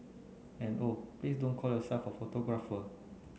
and oh please don't call yourself a photographer